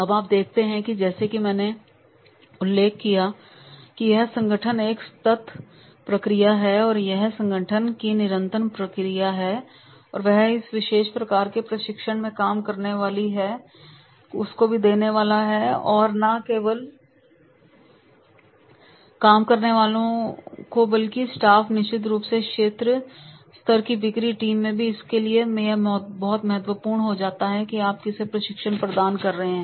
अब आप देखते हैं कि जैसा कि मैंने उल्लेख किया है कि यह संगठन की एक सतत प्रक्रिया है और यदि यह संगठन की निरंतर प्रक्रिया है तो वे इस विशेष प्रकार के प्रशिक्षण में काम करने वालों को भी देने वाले हैं और न केवल काम करने वालों को बल्कि स्टाफ और निश्चित रूप से क्षेत्रीय स्तर की बिक्री टीम में भी इसलिए यह बहुत महत्वपूर्ण होता जा रहा है कि आप किसे प्रशिक्षण प्रदान कर रहे हैं